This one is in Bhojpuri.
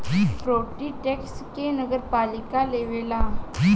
प्रोपर्टी टैक्स के नगरपालिका लेवेला